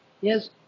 Yes